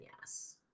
yes